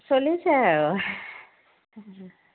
চলিছে আৰু